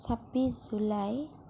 ছাব্বিছ জুলাই